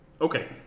Okay